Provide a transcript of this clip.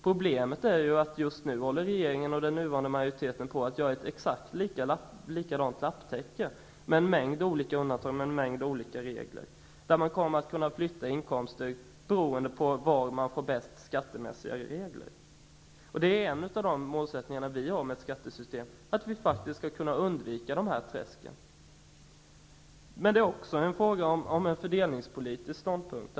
Problemet är att regeringen och den nuvarande majoriteten just nu håller på att göra ett exakt likadant lapptäcke med en mängd olika undantag och en mängd olika regler. Man kommer att kunna flytta inkomster beroende på var de skattemässiga reglerna är bäst. En av de målsättningar vi har för ett skattesystem är att kunna undvika dessa träsk. Men det finns också en fördelningspolitisk aspekt.